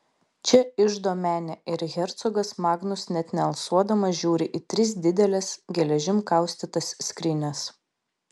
čia iždo menė ir hercogas magnus net nealsuodamas žiūri į tris dideles geležim kaustytas skrynias